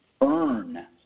earn